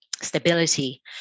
stability